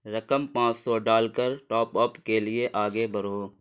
رقم پانچ سو ڈال کر ٹاپ اپ کے لیے آگے بڑھو